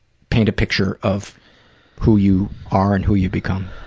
paint a picture of who you are and who you've become.